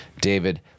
David